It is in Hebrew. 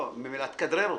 ממילא תכדרר אותי.